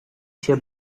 się